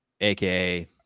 AKA